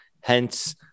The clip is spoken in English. hence